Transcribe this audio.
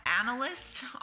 analyst